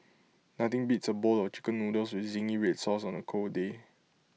nothing beats A bowl of Chicken Noodles with Zingy Red Sauce on A cold day